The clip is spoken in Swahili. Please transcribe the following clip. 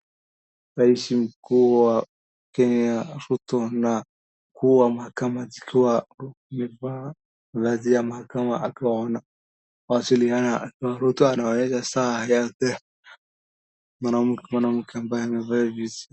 Rais mkuu wa Kenya Ruto na mkuu wa mahakama zikiwa wamevaa vazi la mahakama wakiwa wanawasiliana. Akiwa Ruto anaonyesha saa yake, mwanamke, mwanamke ambaye amevaa vizuri.